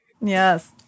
Yes